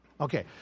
Okay